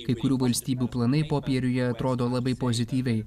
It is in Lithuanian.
kai kurių valstybių planai popieriuje atrodo labai pozityviai